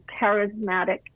charismatic